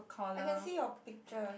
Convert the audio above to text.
I can see your picture